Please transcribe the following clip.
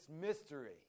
mystery